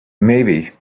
maybe